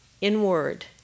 inward